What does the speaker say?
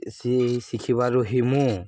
ସେ ଶିଖିବାରୁୁ ହିଁ ମୁଁ